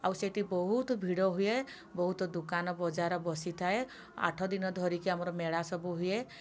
ଆଉ ସେଇଠି ବହୁତ ଭିଡ଼ ହୁଏ ବହୁତ ଦୋକାନ ବଜାର ବସିଥାଏ ଆଠଦିନ ଧରିକିରି ଆମର ମେଳା ସବୁ ହୁଏ